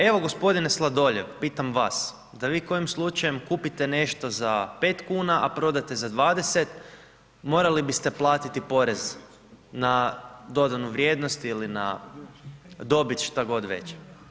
Evo gospodine Sladoljev, pitam vas, da vi kojim slučajem kupite nešto za 5 kuna a prodate za 20, morali biste platiti porez na dodatnu vrijednost ili na dobit šta god već.